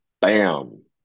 Bam